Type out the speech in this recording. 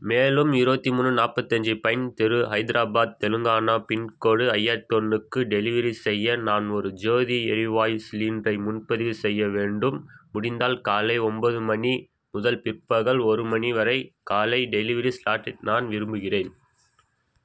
மேலும் இருபத்தி மூணு நாற்பத்தஞ்சி பைன் தெரு ஹைதராபாத் தெலுங்கானா பின்கோடு ஐயாயிரத்து ஒன்றுக்கு டெலிவரி செய்ய நான் ஒரு ஜோதி எரிவாயு சிலிண்டரை முன்பதிவு செய்ய வேண்டும் முடிந்தால் காலை ஒன்பது மணி முதல் பிற்பகல் ஒரு மணி வரை காலை டெலிவரி ஸ்லாட்டுக்கு நான் விரும்புகிறேன்